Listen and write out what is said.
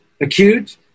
acute